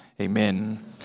Amen